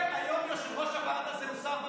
במקרה היום יושב-ראש הוועד הזה הוא שר בממשלה,